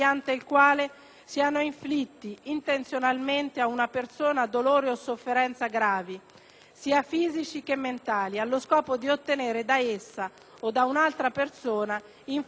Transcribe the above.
sia fisici che mentali, allo scopo di ottenere da essa o da una terza persona informazioni o confessioni, di punirla per un atto che essa o una terza persona ha commesso